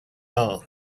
all